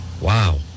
Wow